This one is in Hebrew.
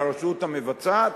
לרשות המבצעת,